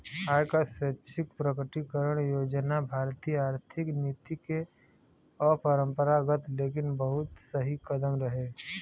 आय क स्वैच्छिक प्रकटीकरण योजना भारतीय आर्थिक नीति में अपरंपरागत लेकिन बहुत सही कदम रहे